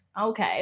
Okay